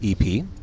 EP